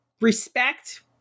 respect